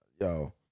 Yo